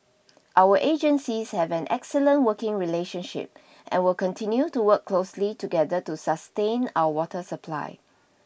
our agencies have an excellent working relationship and will continue to work closely together to sustain our water supply